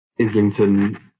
Islington